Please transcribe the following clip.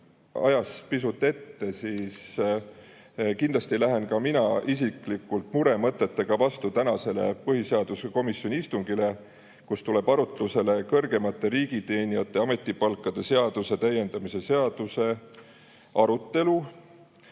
ajas pisut ette, siis kindlasti lähen ka mina isiklikult muremõtetega vastu tänasele põhiseaduskomisjoni istungile, kus tuleb arutlusele kõrgemate riigiteenijate ametipalkade seaduse täiendamise seadus, mille